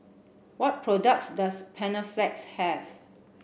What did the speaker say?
what products does Panaflex have